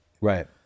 Right